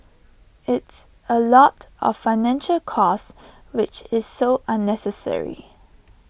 it's A lot of financial cost which is so unnecessary